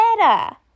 better